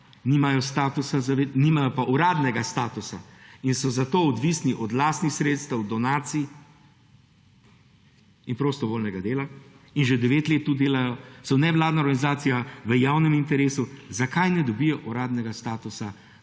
nimajo pa uradnega statusa in so zato odvisni od lastnih sredstev, donacij in prostovoljnega dela in že devet let to delajo, so nevladna organizacija v javnem interesu. Zakaj ne dobijo uradnega statusa,